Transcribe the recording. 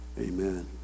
Amen